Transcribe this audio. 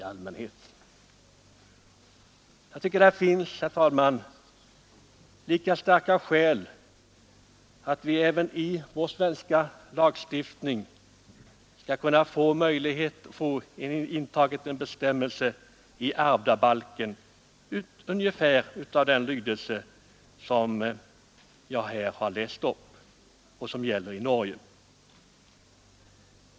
Jag tycker att det finns starka skäl för att vi även i vår svenska lagstiftning bör inta en bestämmelse i ärvdabalken av ungefär den lydelse som jag här antytt och som gäller i Norge.